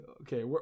Okay